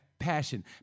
passion